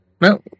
No